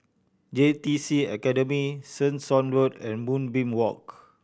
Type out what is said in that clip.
J T C Academy Tessensohn Road and Moonbeam Walk